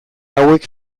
hauek